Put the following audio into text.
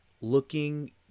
looking